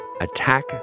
Attack